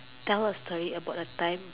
tell a story about a time